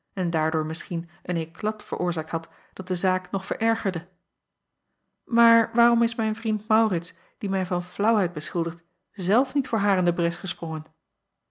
en daardoor misschien een eklat veroorzaakt had dat de zaak nog verergerde aar waarom is mijn vriend aurits die mij van flaauwheid beschuldigt zelf niet voor haar in de bres gesprongen